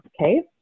okay